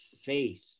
faith